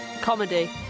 comedy